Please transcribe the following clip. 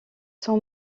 sont